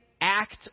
act